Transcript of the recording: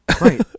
Right